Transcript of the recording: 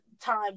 time